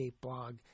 blog